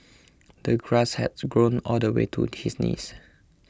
the grass had grown all the way to his knees